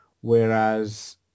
Whereas